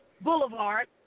Boulevard